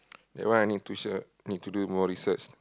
that one I need to sure need to do more research